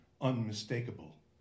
unmistakable